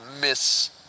miss